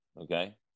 okay